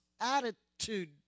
attitude